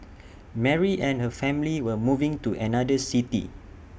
Mary and her family were moving to another city